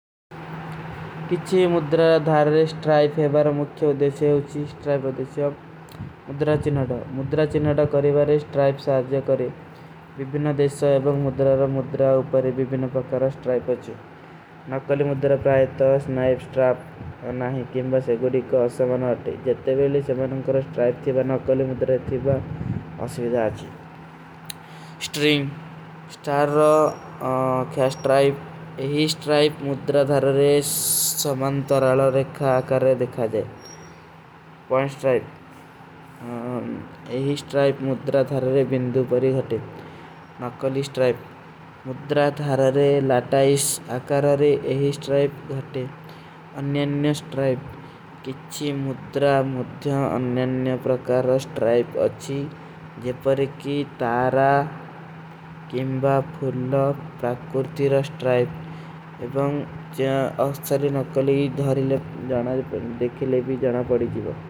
କିଛୀ ମୁଦ୍ରାର ଧାରରେ ସ୍ଟ୍ରାଇଫ ହେବାର ମୁଖ୍ଯ ଉଦେଶେ ଉଚୀ ସ୍ଟ୍ରାଇଫ ଉଦେଶେ ଆପ। ମୁଦ୍ରାଚିନଡା, ମୁଦ୍ରାଚିନଡା କରୀବାରେ ସ୍ଟ୍ରାଇଫ ସାର୍ଜେ କରେଂ। ଵିବିନା ଦେଶା ଏବଂଗ ମୁଦ୍ରାର ମୁଦ୍ରା ଉପରେ ଵିବିନା ପକାରା ସ୍ଟ୍ରାଇଫ ଆଚୁ। ନକଲୀ ମୁଦ୍ରା ପ୍ରାଯେତ ତୋ ସ୍ନାଇଫ ସ୍ଟ୍ରାଫ ନହୀଂ କିଂବସେ ଗୁଡୀ କା ଅସମନ ହୋତେ। ନକଲୀ ସ୍ଟ୍ରାଇଫ, ମୁଦ୍ରା ଧାରାରେ ଲାଟାଈସ ଆକାରାରେ ଯହୀ ସ୍ଟ୍ରାଇଫ ଗୁଡେ। ଅନ୍ଯାନ୍ଯ ସ୍ଟ୍ରାଇଫ, କିଛୀ ମୁଦ୍ରା ମୁଦ୍ଧ୍ଯାନ ଅନ୍ଯାନ୍ଯ ପ୍ରାକାରା ସ୍ଟ୍ରାଇଫ ଅଚୀ। ଜେ ପର ଏକୀ ତାରା, କିଂବା, ଫୂର୍ଣା, ପ୍ରାକୂର୍ତୀ ରା ସ୍ଟ୍ରାଇଫ ଏବଂ ଅଚୀ ନକଲୀ ଧାରୀ ଦେଖେ ଲେ ଭୀ ଜାନା ପଡୀ ଜୀଵା।